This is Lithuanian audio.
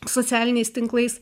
socialiniais tinklais